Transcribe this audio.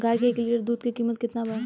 गाय के एक लीटर दुध के कीमत केतना बा?